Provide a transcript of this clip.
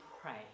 pray